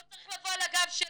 לא צריך לבוא על הגב שלנו.